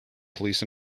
police